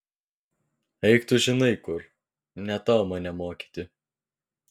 eik tu žinai kur ne tau mane mokyti